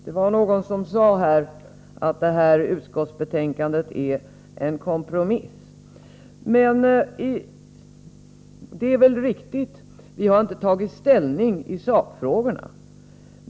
Det var någon som sade här att detta utskottsbetänkande är en kompromiss. Det är väl riktigt. Vi har inte tagit ställning till sakfrågorna.